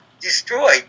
destroyed